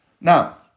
Now